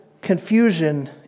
confusion